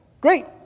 Great